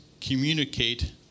communicate